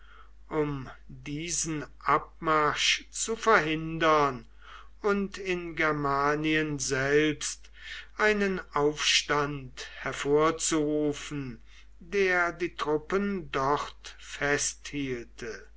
um diesen abmarsch zu verhindern und in germanien selbst einen aufstand hervorzurufen der die truppen dort festhielte